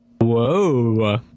Whoa